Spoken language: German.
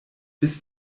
bis